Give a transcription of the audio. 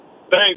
Thanks